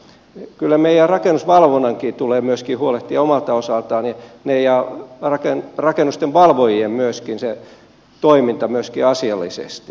kyllä meidän rakennusvalvonnan ja rakennusten valvojien tulee myöskin huolehtia omalta osaltaan neljä arkeen rakennusten valvojien myöskin se toiminta asiallisesti